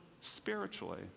spiritually